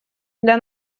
для